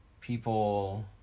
people